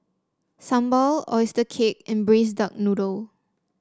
Sambal oyster cake and Braised Duck Noodle